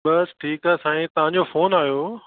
बसि ठीकु आहे साईं तव्हांजो फोन आहियो